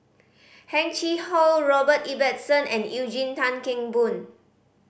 Heng Chee How Robert Ibbetson and Eugene Tan Kheng Boon